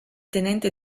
tenente